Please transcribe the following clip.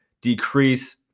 decrease